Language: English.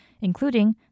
including